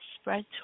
spread